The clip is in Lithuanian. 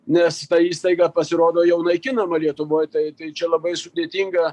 nes ta įstaiga pasirodo jau naikinama lietuvoj tai tai čia labai sudėtinga